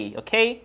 okay